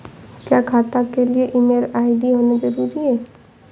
क्या खाता के लिए ईमेल आई.डी होना जरूरी है?